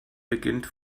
beginnt